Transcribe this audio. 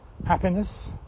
happiness